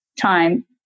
time